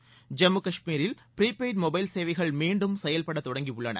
ஐம்மு காஷ்மீரில் prepaid mobile சேவைகள் மீண்டும் செயல்பட தொடங்கியுள்ளன